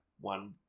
one